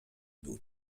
był